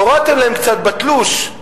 הורדתם להם קצת בתלוש,